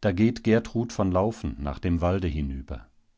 da geht gertrud von laufen nach dem walde hinüber